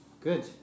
Good